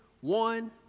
one